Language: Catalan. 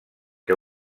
que